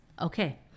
okay